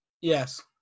Yes